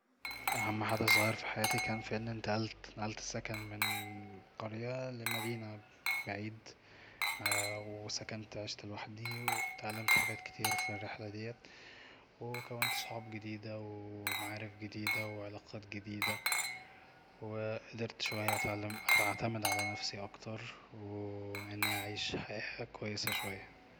"اهم حدث غير في حياتي كان في اني انتقلت نقلت السكن من قرية لمدينه بعيد وسكنت عيشت لوحدي واتعلمت حجات كتير في الرحلة ديت وكونت صحاب جديدة ومعارف جديدة وعلاقات جديدة وقدرت شوية اتعلم اعتمد على نفسي اكتر و اني اعيش حياة كويسة شوية"